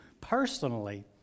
personally